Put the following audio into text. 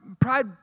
Pride